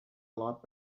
lot